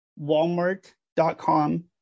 Walmart.com